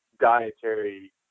dietary